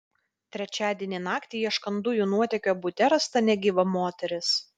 trečiadienį naktį ieškant dujų nuotėkio bute rasta negyva moteris